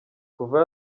kuva